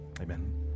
Amen